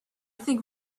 think